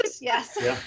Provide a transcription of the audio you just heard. Yes